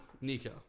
Nico